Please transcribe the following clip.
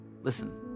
Listen